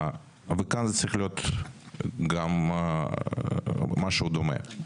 כאן צריך להיות משהו דומה.